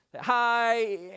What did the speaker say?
Hi